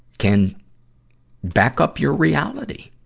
can back up your reality.